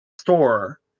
store